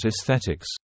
aesthetics